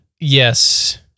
Yes